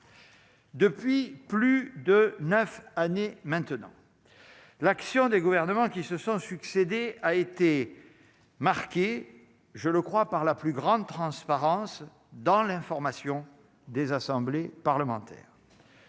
Depuis plus de 9 années maintenant l'action des gouvernements qui se sont succédés, a été marqué, je le crois, par la plus grande transparence dans l'information des assemblées parlementaires.